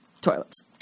toilets